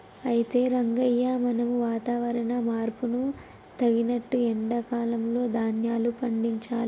అయితే రంగయ్య మనం వాతావరణ మార్పును తగినట్లు ఎండా కాలంలో ధాన్యాలు పండించాలి